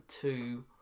two